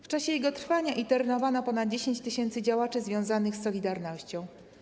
W czasie jego trwania internowano ponad 10 tys. działaczy związanych z „Solidarnością”